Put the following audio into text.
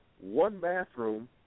one-bathroom